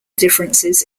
differences